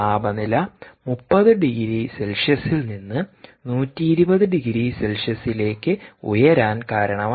താപനില 30 ഡിഗ്രി സെൽഷ്യസിൽ നിന്ന് 120 ഡിഗ്രി സെൽഷ്യസിലേക്ക് ഉയരാൻ കാരണമായി